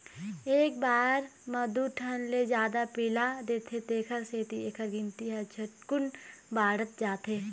एक बार म दू ठन ले जादा पिला देथे तेखर सेती एखर गिनती ह झटकुन बाढ़त जाथे